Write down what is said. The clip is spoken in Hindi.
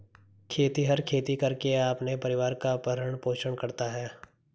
खेतिहर खेती करके अपने परिवार का भरण पोषण करता है